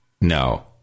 No